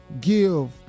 give